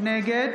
נגד